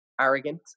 arrogant